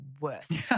worse